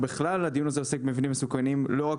הדיון הזה עוסק במבנים מסוכנים לא רק